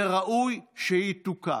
וראוי שהיא תוקם.